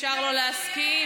זאת הצעה מצוינת.